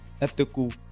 ethical